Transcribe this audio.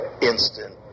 instant